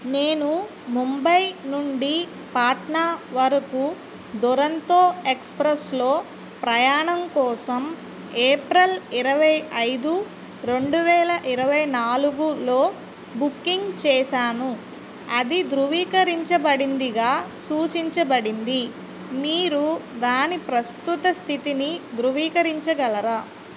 నేను ముంబై నుండి పాట్నా వరకు దురంతో ఎక్స్ప్రెస్లో ప్రయాణం కోసం ఏప్రిల్ ఇరవై ఐదు రెండు వేల ఇరవై నాలుగులో బుకింగ్ చేశాను అది ధృవీకరించబడిందిగా సూచించబడింది మీరు దాని ప్రస్తుత స్థితిని ధృవీకరించగలరా